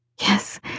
Yes